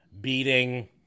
beating